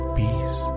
peace